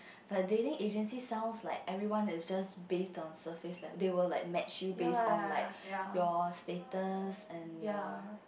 but dating agency sounds like everyone is just based on surface level they will like match you based on like your status and your